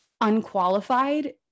unqualified